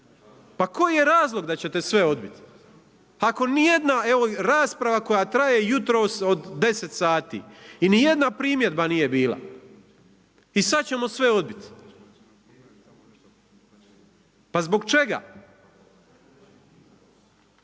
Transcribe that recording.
Pa koji je razlog da ćete sve odbit? Ako nijedna rasprava koja traje jutros od 10 sati, i nijedna primjedba nije bila, i sad ćemo sve odbit. Pa zbog čega?